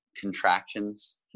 contractions